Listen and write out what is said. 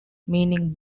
meaning